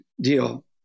deal